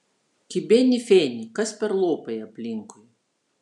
kibeni feni kas per lopai aplinkui